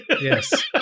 yes